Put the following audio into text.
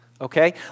Okay